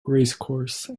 racecourse